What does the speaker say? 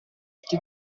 chi